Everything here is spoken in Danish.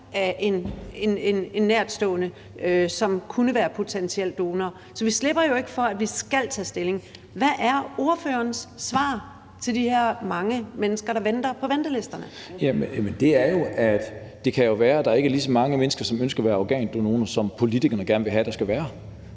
af en nærtstående, som kunne være potentiel donor. Så vi slipper jo ikke for, at vi skal tage stilling. Hvad er ordførerens svar til de her mange mennesker, der venter på ventelisterne? Kl. 13:44 Tredje næstformand (Trine Torp): Ordføreren. Kl. 13:44 Lars Boje Mathiesen (NB): Jamen det er jo, at det kan være, at der ikke er lige så mange mennesker, som ønsker at være organdonorer, som politikerne gerne vil have der skal være.